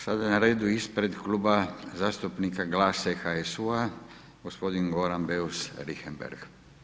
Sada je na redu ispred Kluba zastupnika GLAS-a i HSU-a gospodin Goran Beus Richembergh.